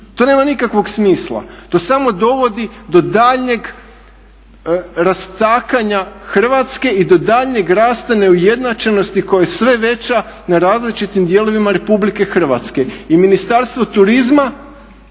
To nema nikakvog smisla, to samo dovodi do daljnjeg rastakanja Hrvatske i do daljnjeg rasta neujednačenosti koja je sve veća na različitim dijelovima Republike Hrvatske. I Ministarstvo turizma